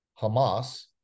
Hamas